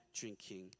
drinking